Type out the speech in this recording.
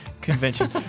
convention